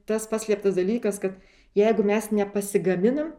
tas paslėptas dalykas kad jeigu mes nepasigaminam